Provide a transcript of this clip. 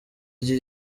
iki